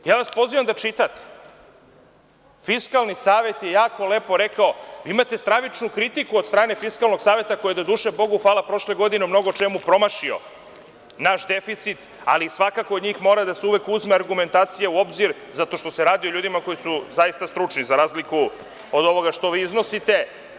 Ja vas pozivam da čitate, Fiskalni savet je jako lepo rekao, imate stravičnu kritiku od strane Fiskalnog saveta koja je doduše, Bogu hvala, prošle godine u mnogo čemu promašio naš deficit, ali svakako od njih mora uvek da se uzme argumentacija u obzir zato što se radi o ljudima koji su zaista stručni, za razliku od ovoga što vi iznosite.